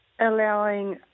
allowing